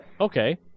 Okay